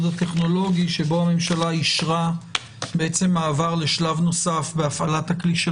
הטכנולוגי בו הממשלה אישרה מעבר לשלב נוסף בהפעלת הכלי של